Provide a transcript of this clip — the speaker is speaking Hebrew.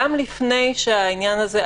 גם לפני העניין הזה.